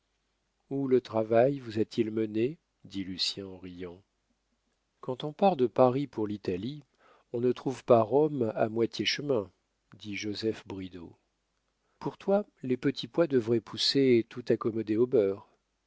où le travail vous a-t-il menés dit lucien en riant quand on part de paris pour l'italie on ne trouve pas rome à moitié chemin dit joseph bridau pour toi les petits pois devraient pousser tout accommodés au beurre